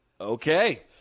okay